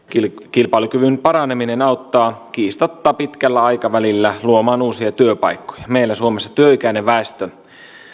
kilpailukyvyn paraneminen auttaa kiistatta pitkällä aikavälillä luomaan uusia työpaikkoja meillä suomessa työikäinen väestö